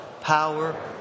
power